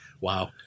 Wow